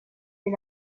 est